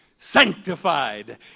sanctified